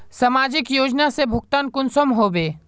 समाजिक योजना से भुगतान कुंसम होबे?